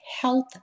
health